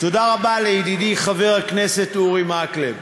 תודה רבה לידידי חבר הכנסת אורי מקלב,